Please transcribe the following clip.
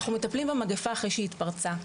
אנחנו מטפלים במגפה אחרי שהיא התפרצה.